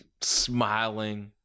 smiling